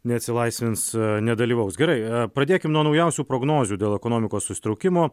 neatsilaisvins nedalyvaus gerai pradėkim nuo naujausių prognozių dėl ekonomikos susitraukimo